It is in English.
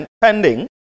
pending